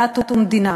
דת ומדינה,